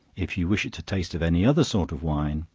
if you wish it to taste of any other sort of wine,